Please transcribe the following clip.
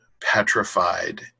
petrified